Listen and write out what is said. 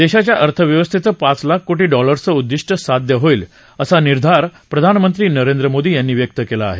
देशाच्या अर्थव्यवस्थेचं पाच लाख कोटी डॉलर्सचं उद्दिष्ट साध्य होईल असा निर्धार प्रधानमंत्री नरेंद्र मोदी यांनी व्यक्त केला आहे